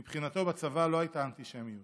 מבחינתו, בצבא לא הייתה אנטישמיות.